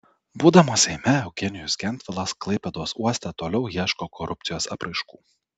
būdamas seime eugenijus gentvilas klaipėdos uoste toliau ieško korupcijos apraiškų